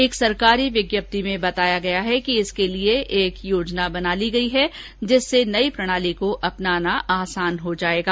एक सरकारी विज्ञप्ति में बताया गया है कि इसके लिए एक योजना बना ली गई है जिससे नई प्रणाली को अपनाना आसान हो जायेगा